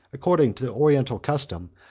according to the oriental custom,